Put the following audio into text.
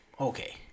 Okay